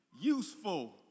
useful